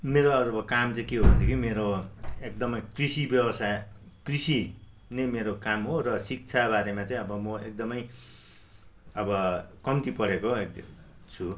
मेरो अरू अ काम चाहिँ के हो भन्दाखेरि मेरो एकदमै कृषि व्यवसाय कृषि नै मेरो काम हो र शिक्षा बारेमा चाहिँ अब म एकदमै अब कम्ती पढेको छु